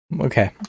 Okay